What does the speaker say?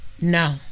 no